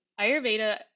ayurveda